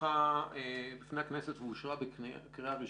שהונחה לפני הכנסת ואושרה בקריאה ראשונה,